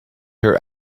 her